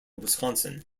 wisconsin